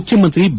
ಮುಖ್ಯಮಂತ್ರಿ ಬಿ